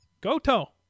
Goto